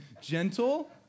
Gentle